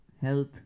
health